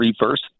reverse